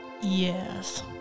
Yes